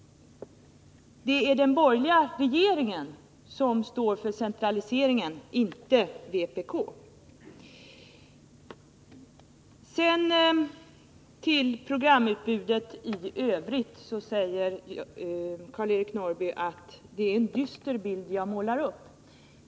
Det är den borgerliga regeringen som står för centraliseringen, inte vpk. Karl-Eric Norrby säger att det är en dyster bild jag målar upp.